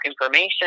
information